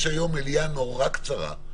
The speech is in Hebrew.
יש היום מליאה קצרה מאוד,